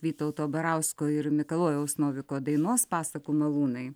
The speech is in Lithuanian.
vytauto barausko ir mikalojaus noviko dainos pasakų malūnai